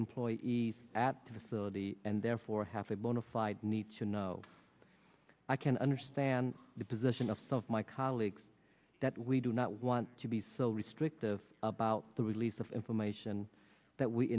employees at the facility and therefore have a bona fide need to know i can understand the position of self my colleagues that we do not want to be so restrictive about the release of information